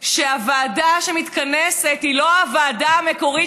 שהוועדה שמתכנסת היא לא הוועדה המקורית